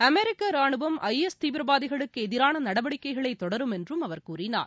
அமெரிக்கரானுவம் I S தீவிரவாதிகளுக்குஎதிரானநடவடிக்கைகளைதொடரும் என்றும் அவர் கூறினார்